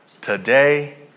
today